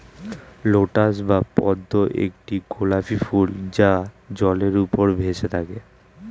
lotus বা পদ্ম একটি গোলাপী ফুল যা জলের উপর ভেসে থাকে